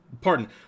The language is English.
pardon